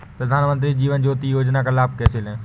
प्रधानमंत्री जीवन ज्योति योजना का लाभ कैसे लें?